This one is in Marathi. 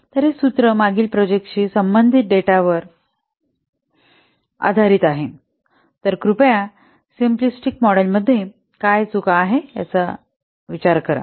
तर येथे हे सूत्र मागील प्रोजेक्टांशी संबंधित डेटावर आधारित आहे परंतु कृपया सिम्पलीस्टीक मॉडेलमध्ये काय चूक आहे याचा विचार करा